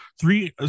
Three